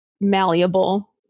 malleable